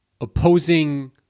opposing